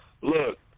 look